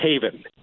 haven